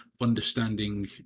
understanding